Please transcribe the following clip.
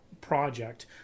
project